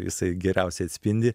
jisai geriausiai atspindi